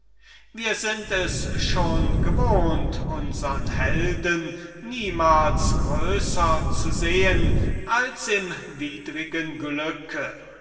wir sind es schon gewohnt unsern helden niemals größer zu sehen als im widrigen glücke